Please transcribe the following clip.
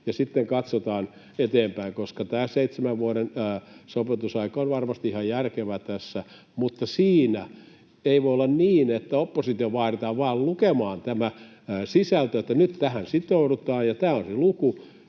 sitten katsotaan eteenpäin, koska tämä seitsemän vuoden sopeutusaika on varmasti ihan järkevä tässä. Mutta siinä ei voi olla niin, että oppositiota vaaditaan vain lukemaan tämä sisältö, että nyt tähän sitoudutaan ja tämä on se luku,